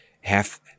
half